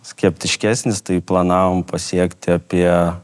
skeptiškesnis tai planavom pasiekti apie